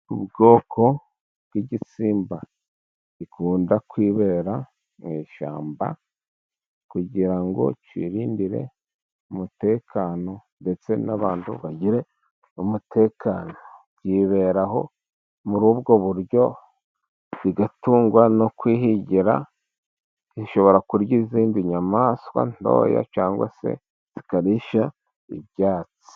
Ubwoko bw'igisimba gikunda kwibera mu ishyamba, kugira ngo kirindire umutekano ndetse n'abantu bagire umutekano. Byiberaho muri ubwo buryo bigatungwa no kwihigira. Ishobora kurya izindi nyamaswa ntoya cyangwa se ikarisha ibyatsi.